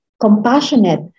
compassionate